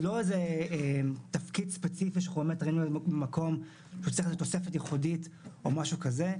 זה לא תפקיד ספציפי שראינו שצריך תוספת ייחודית או משהו כזה.